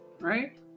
right